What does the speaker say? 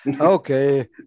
okay